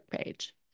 page